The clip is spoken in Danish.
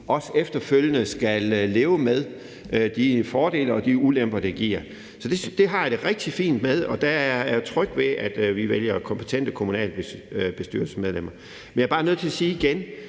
også efterfølgende skal leve med de fordele og de ulemper, det giver, så det har jeg det rigtig fint med, og jeg er tryg ved, at vi vælger kompetente kommunalbestyrelsesmedlemmer. Men jeg er bare nødt til at sige igen